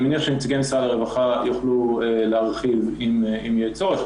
אני מניח שנציגי משרד הרווחה יוכלו להרחיב אם יהיה צורך.